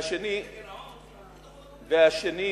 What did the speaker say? השנייה,